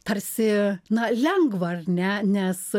tarsi na lengva ar ne nes